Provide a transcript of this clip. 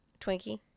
Twinkie